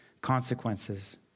consequences